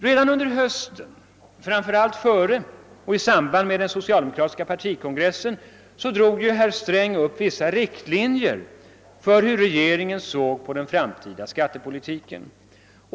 Redan under hösten, framför allt före och i samband med den socialdemokratiska partikongressen, drog ju herr Sträng upp vissa riktlinjer för hur regeringen såg på den framtida skattepolitiken.